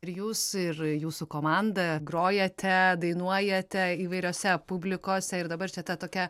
ir jūs ir jūsų komanda grojate dainuojate įvairiose publikose ir dabar čia ta tokia